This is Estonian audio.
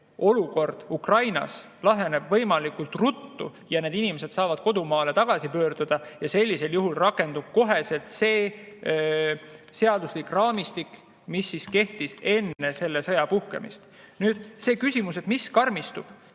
olukord Ukrainas laheneb võimalikult ruttu ja need inimesed saavad kodumaale tagasi pöörduda, ning sellisel juhul rakendub kohe jälle see seaduslik raamistik, mis kehtis enne selle sõja puhkemist. Nüüd see küsimus, et mis [selle